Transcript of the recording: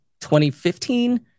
2015